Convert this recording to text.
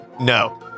No